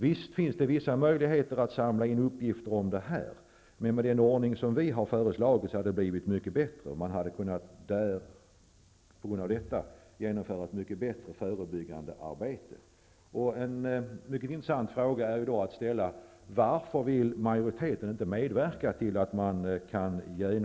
Visst finns det vissa möjligheter att samla in uppgifter om dessa förhållanden, men med den ordning som vi har föreslagit hade det blivit mycket bättre. Man hade då kunnat genomföra ett mycket bättre förebyggande arbete. En mycket intressant fråga som man kan ställa är: Herr talman!